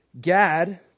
Gad